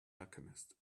alchemist